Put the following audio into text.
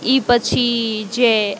એ પછી જે